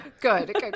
Good